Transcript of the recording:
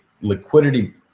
liquidity